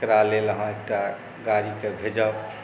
एकरा लेल अहाँ एकटा गाड़ीके भेजब